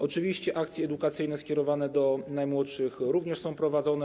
Oczywiście akcje edukacyjne skierowane do najmłodszych również są prowadzone.